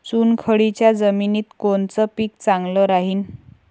चुनखडीच्या जमिनीत कोनचं पीक चांगलं राहीन?